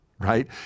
right